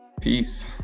Peace